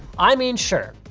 i mean sure,